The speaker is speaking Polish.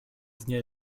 dnia